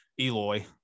Eloy